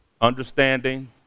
understanding